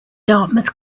dartmouth